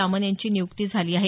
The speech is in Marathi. रामन यांची नियुक्ती झाली आहे